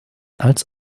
als